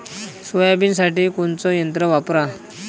सोयाबीनसाठी कोनचं यंत्र वापरा?